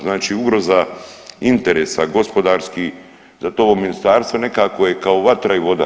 Znači ugroza interesa gospodarskih, zato ovo ministarstvo nekako je kao vatra i voda.